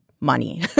money